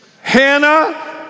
Hannah